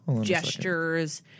gestures